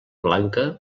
blanca